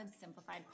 Simplified